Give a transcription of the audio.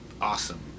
awesome